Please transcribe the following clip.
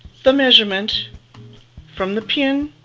the measurement from the pin